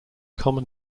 common